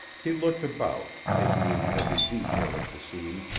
he looked about, taking in every detail of the scene,